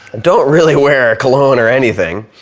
don't really wear cologne or anything.